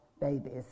babies